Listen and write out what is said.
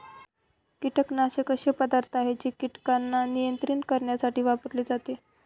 कीटकनाशक असे पदार्थ आहे जे कीटकांना नियंत्रित करण्यासाठी वापरले जातात